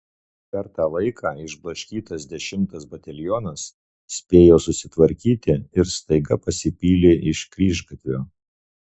per tą laiką išblaškytas dešimtas batalionas spėjo susitvarkyti ir staiga pasipylė iš kryžgatvio